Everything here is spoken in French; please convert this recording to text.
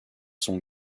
sont